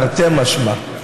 תרתי משמע.